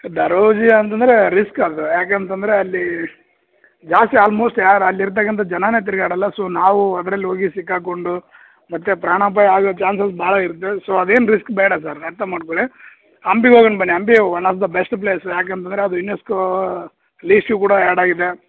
ದರೋಜಿ ಅಂತಂದರೆ ರಿಸ್ಕ್ ಅದು ಯಾಕೆಂತಂದರೆ ಅಲ್ಲಿ ಜಾಸ್ತಿ ಆಲ್ಮೋಸ್ಟ್ ಯಾರು ಅಲ್ಲಿರ್ತಕ್ಕಂಥ ಜನನೇ ತಿರ್ಗಾಡೋಲ್ಲ ಸೊ ನಾವೂ ಅದ್ರಲ್ಲಿ ಹೋಗಿ ಸಿಕ್ಕಾಕೊಂಡು ಮತ್ತು ಪ್ರಾಣಾಪಾಯ ಆಗೋ ಚಾನ್ಸಸ್ ಭಾಳ ಇರ್ತದೆ ಸೊ ಅದೇನು ರಿಸ್ಕ್ ಬೇಡ ಸರ್ ಅರ್ಥ ಮಾಡ್ಕೊಳ್ಳಿ ಹಂಪಿಗ್ ಹೋಗಣ್ ಬನ್ನಿ Hampi one of the best place ಯಾಕೆ ಅಂತಂದರೆ ಅದು ಯುನೆಸ್ಕೋ ಲೀಸ್ಟ್ಗೆ ಕೂಡ ಆ್ಯಡ್ ಆಗಿದೆ